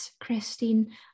christine